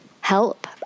help